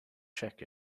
check